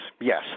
Yes